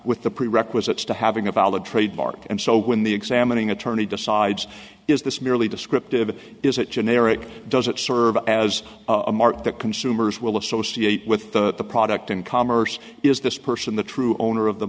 with the prerequisites to having a valid trademark and so when the examining attorney decides is this merely descriptive is it generic does it serve as a mark that consumers will associate with the product in commerce is this person the true owner of the